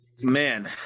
Man